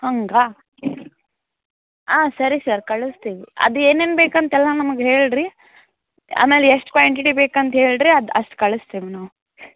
ಹಾಗಾ ಹಾಂ ಸರಿ ಸರ್ ಕಳಿಸ್ತೀವಿ ಅದು ಏನೇನು ಬೇಕಂತೆಲ್ಲ ನಮಗೆ ಹೇಳಿರಿ ಆಮೇಲೆ ಎಷ್ಟು ಕ್ವಾಂಟಿಟಿ ಬೇಕಂತ ಹೇಳಿರಿ ಅದು ಅಷ್ಟು ಕಳಿಸ್ತೀವಿ ನಾವು